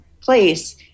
place